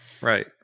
Right